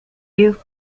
you